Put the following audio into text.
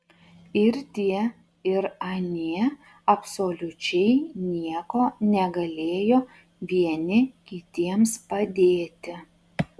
ir tie ir anie absoliučiai nieko negalėjo vieni kitiems padėti